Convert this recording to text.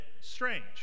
strange